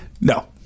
No